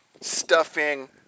stuffing